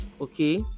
okay